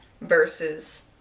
versus